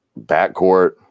backcourt